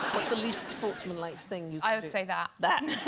what's the least sportsmanlike thing, i would say that that